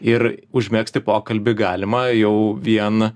ir užmegzti pokalbį galima jau vien